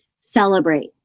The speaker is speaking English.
Celebrate